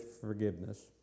forgiveness